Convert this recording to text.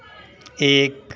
एक